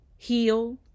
heal